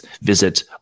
visit